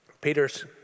Peter's